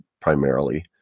primarily